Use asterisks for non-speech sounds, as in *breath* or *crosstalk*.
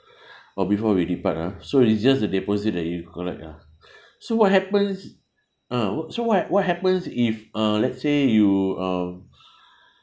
*breath* oh before we depart ah so it's just a deposit that you'll collect ah *breath* so what happens uh wha~ so what hap~ what happens if uh let's say you um *breath*